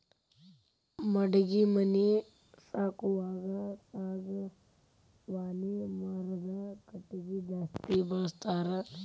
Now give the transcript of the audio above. ಮಡಗಿ ಮನಿ ಹಾಕುವಾಗ ಸಾಗವಾನಿ ಮರದ ಕಟಗಿ ಜಾಸ್ತಿ ಬಳಸ್ತಾರ